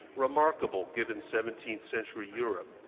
remarkable given seventeenth century europe.